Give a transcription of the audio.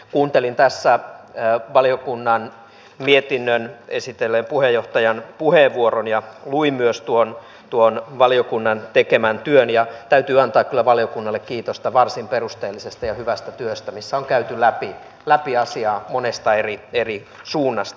kuuntelin tässä valiokunnan mietinnön esitelleen puheenjohtajan puheenvuoron ja luin myös tuon valiokunnan tekemän työn ja täytyy antaa kyllä valiokunnalle kiitosta varsin perusteellisesta ja hyvästä työstä missä on käyty läpi asiaa monesta eri suunnasta